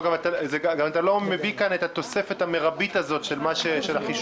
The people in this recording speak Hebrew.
אתה גם לא מביא כאן את התוספת המרבית של החישוב,